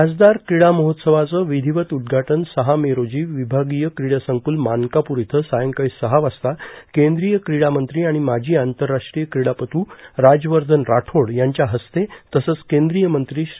खासदार क्रीडा महोत्सवाचं विधीवत उद्घाटन सहा मे रोजी विभागीय क्रीडा संकुल मानकापूर इथं सायंकाळी सहा वाजता केंद्रीय क्रीडा मंत्री आणि माजी आंतरराष्ट्रीय क्रीडापटू राजवर्धन राठोड यांच्या हस्ते तसंच केंद्रीय मंत्री श्री